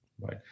right